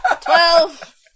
Twelve